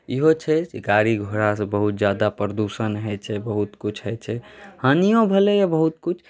इहो छै जे गाड़ी घोड़ासँ बहुत ज्यादा प्रदूषण होइत छै बहुत कुछ होइत छै हानिओ भेलैए बहुत कुछ